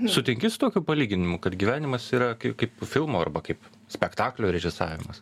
sutinki su tokiu palyginimu kad gyvenimas yra kai kaip filmo arba kaip spektaklio režisavimas